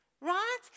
right